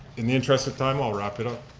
in the interest of time, i'll wrap it up.